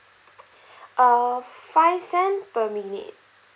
uh five cent per minute